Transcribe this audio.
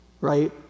Right